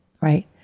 right